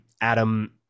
Adam